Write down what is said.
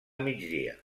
migdia